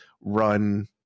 run